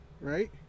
right